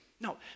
No